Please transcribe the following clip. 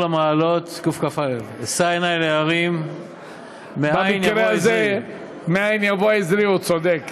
במקרה הזה, "מאין יבֹא עזרי" הוא צודק.